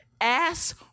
ass